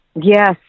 Yes